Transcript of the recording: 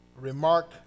remark